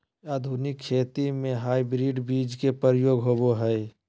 आधुनिक खेती में हाइब्रिड बीज के प्रयोग होबो हइ